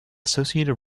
associated